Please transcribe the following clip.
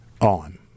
on